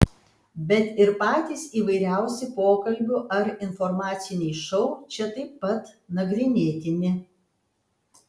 bet ir patys įvairiausi pokalbių ar informaciniai šou čia taip pat nagrinėtini